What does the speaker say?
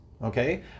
Okay